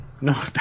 no